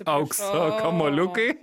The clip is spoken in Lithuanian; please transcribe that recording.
aukso kamuoliukai